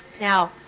Now